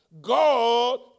God